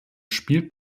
spielt